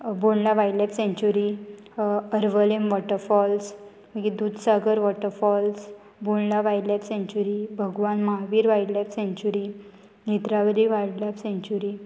बोल्ला wild life sanctuary Arvalem waterfalls मागीर Dudhsagar waterfalls Bondla wildlife sanctuary Bhagwan Mahavir wild sanctuary Netravali wild sanctuary